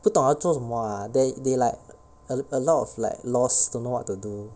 不懂要做什么 lah they they like a a lot of like lost don't know what to do